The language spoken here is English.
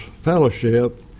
fellowship